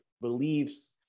beliefs